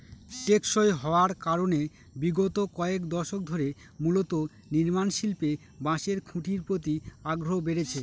টেকসই হওয়ার কারনে বিগত কয়েক দশক ধরে মূলত নির্মাণশিল্পে বাঁশের খুঁটির প্রতি আগ্রহ বেড়েছে